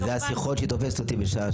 אלה השיחות שהיא תופסת איתי בשעה